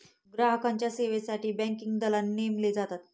ग्राहकांच्या सेवेसाठी बँकिंग दलाल नेमले जातात